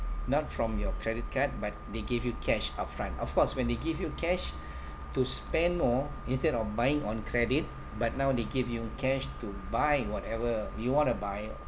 not from your credit card but they give you cash upfront of course when they give you cash to spend more instead of buying on credit but now they give you cash to buy whatever you want to buy